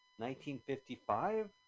1955